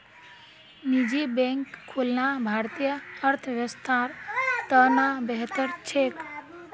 निजी बैंक खुलना भारतीय अर्थव्यवस्थार त न बेहतर छेक